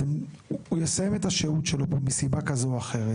הוא יסיים את השהות שלו פה מסיבה כזו או אחרת,